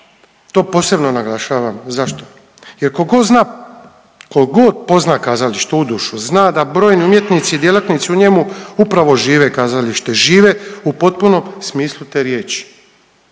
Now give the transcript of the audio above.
to posebno naglašavam. Zašto? Jer kogod zna, kogod pozna kazalište u dušu zna da brojni umjetnici i djelatnici u njemu upravo žive kazalište, žive u potpunom smislu te riječi.